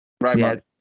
Right